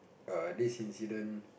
err this incident